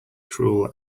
cruel